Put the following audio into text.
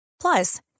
Plus